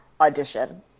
audition